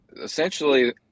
essentially